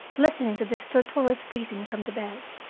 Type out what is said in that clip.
listening to the stertorous breathing from the bed.